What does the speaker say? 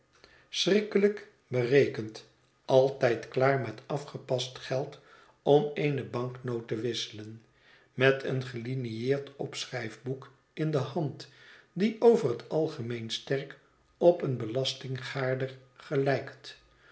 berekend altijd klaar met afgepast geld om eene banknoot te wisselen met een gelinieerd opschrijfboek in de hand die over het algemeen sterk op een belastinggaarder gelijkt